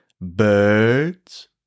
birds